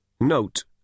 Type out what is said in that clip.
Note